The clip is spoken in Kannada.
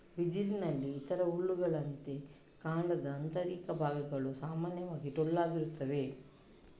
ಬಿದಿರಿನಲ್ಲಿ ಇತರ ಹುಲ್ಲುಗಳಂತೆ, ಕಾಂಡದ ಆಂತರಿಕ ಭಾಗಗಳು ಸಾಮಾನ್ಯವಾಗಿ ಟೊಳ್ಳಾಗಿರುತ್ತವೆ